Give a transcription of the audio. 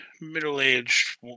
middle-aged